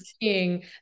seeing